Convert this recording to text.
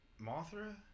Mothra